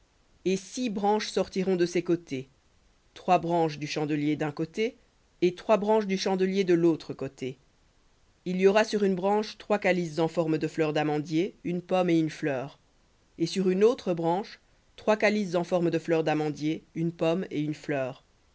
et six branches sortiront de ses côtés trois branches du chandelier d'un côté et trois branches du chandelier de l'autre côté il y aura sur une branche trois calices en forme de fleur d'amandier une pomme et une fleur et sur une branche trois calices en forme de fleur d'amandier une pomme et une fleur